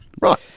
Right